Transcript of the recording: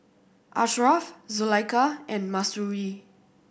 Ashraf Zulaikha and Mahsuri